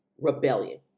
rebellion